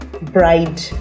bride